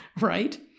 right